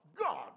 God